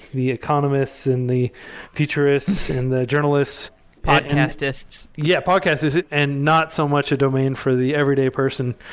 the economists, and the futurists, and the journalists podcastists. yeah, podcastists and not so much a domain for the everyday person,